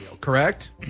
correct